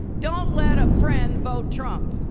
don't let a friend vote trump.